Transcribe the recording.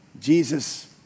Jesus